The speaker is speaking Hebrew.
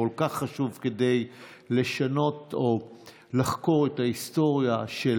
כל כך חשוב כדי לחקור את ההיסטוריה של